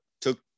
took